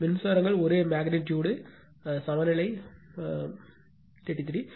மின்சாரங்கள் ஒரே மெக்னிட்யூடு சமநிலை 33